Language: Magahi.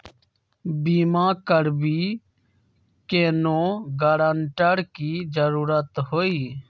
बिमा करबी कैउनो गारंटर की जरूरत होई?